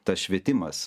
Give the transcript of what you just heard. tas švietimas